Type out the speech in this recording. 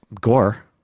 Gore